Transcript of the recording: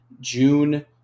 June